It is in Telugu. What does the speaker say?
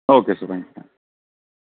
ఓకే సార్ రండి సార్